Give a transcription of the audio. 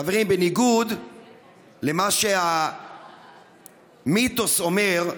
חברים, בניגוד למה שהמיתוס אומר,